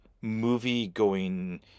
movie-going